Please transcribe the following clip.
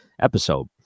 episode